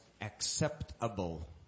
acceptable